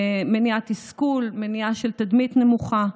מניעת תסכול, מניעה של תדמית נמוכה.